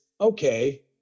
okay